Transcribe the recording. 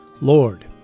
Lord